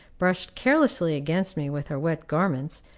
brushed carelessly against me with her wet garments,